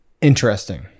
interesting